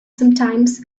sometimes